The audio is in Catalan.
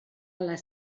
les